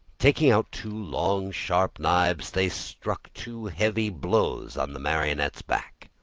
taking out two long, sharp knives, they struck two heavy blows on the marionette's back.